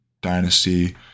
dynasty